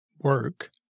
work